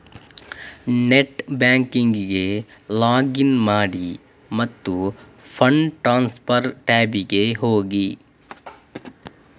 net ಬ್ಯಾಂಕಿಂಗಿಗೆ login ಮಾಡಿ ಮತ್ತು ಫಂಡ್ ಟ್ರಾನ್ಸ್ಫರ್ ಟ್ಯಾಬಿಗೆ ಹೋಗಿ